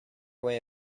way